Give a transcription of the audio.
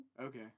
Okay